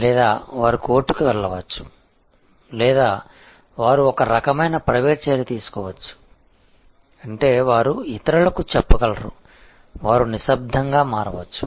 లేదా వారు కోర్టుకు వెళ్లవచ్చు లేదా వారు ఒక రకమైన ప్రైవేట్ చర్య తీసుకోవచ్చు అంటే వారు ఇతరులకు చెప్పగలరు వారు నిశ్శబ్దంగా మారవచ్చు